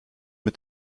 mit